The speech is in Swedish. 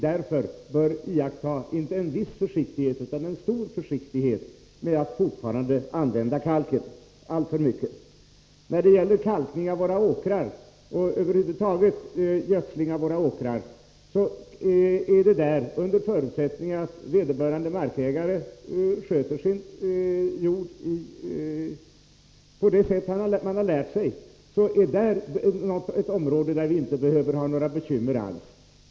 Därför bör vi iaktta inte en viss försiktighet utan en stor försiktighet med att använda kalk. Kalkning och över huvud taget gödsling av våra åkrar — under förutsättning att vederbörande markägare sköter sin jord på ett riktigt sätt — är ett område, där vi inte behöver ha några bekymmer alls.